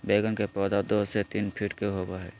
बैगन के पौधा दो से तीन फीट के होबे हइ